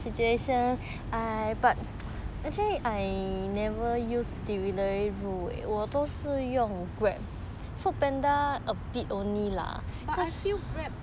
but I feel grab